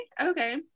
okay